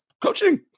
coaching